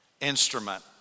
instrument